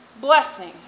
blessing